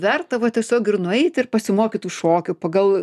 verta va tiesiog ir nueiti ir pasimokyt tų šokių pagal